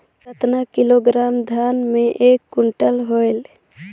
कतना किलोग्राम धान मे एक कुंटल होयल?